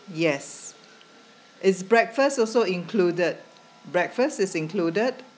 yes is breakfast also included breakfast is included